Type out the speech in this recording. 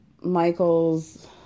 Michael's